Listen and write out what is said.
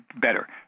better